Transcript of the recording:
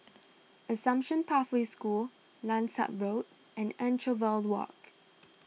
Assumption Pathway School Langsat Road and Anchorvale Walk